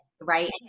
Right